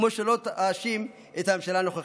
כמו שלא אאשים את הממשלה הנוכחית.